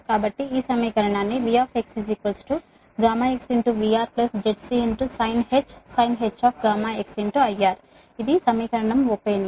కాబట్టి ఈ సమీకరణాన్నిV γx VRZCsinh γx IR ఇది సమీకరణం 38